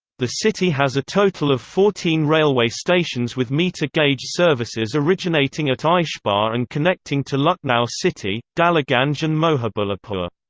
the city has a total of fourteen railway stations with meter gauge services originating at aishbagh and connecting to lucknow city, daliganj and mohibullapur.